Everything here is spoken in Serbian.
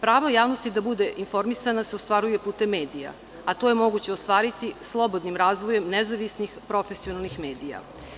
Pravo javnosti da bude informisana se ostvaruje putem medija, a to je moguće ostvariti slobodnim razvojem nezavisnih profesionalnih medija.